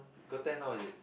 got ten now is it